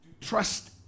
trust